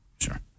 sure